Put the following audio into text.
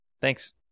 Thanks